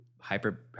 hyper